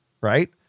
right